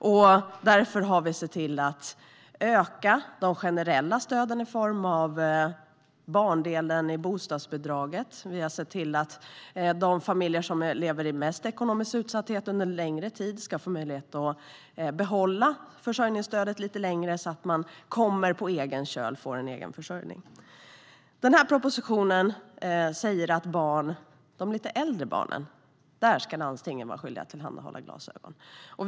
Vi har därför sett till att öka de generella stöden i form av barndelen i bostadsbidraget. Vi har sett till att de familjer som lever i störst ekonomisk utsatthet under lång tid ska få möjlighet att behålla försörjningsstödet lite längre så att de kommer på rätt köl och får en egen försörjning. I propositionen sägs att landstingen ska vara skyldiga att tillhandahålla glasögon för de lite äldre barnen.